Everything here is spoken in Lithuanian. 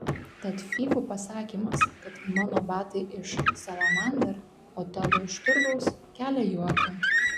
tad fyfų pasakymas kad mano batai iš salamander o tavo iš turgaus kelia juoką